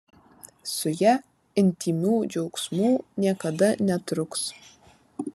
su ja intymių džiaugsmų niekada netruks